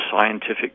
scientific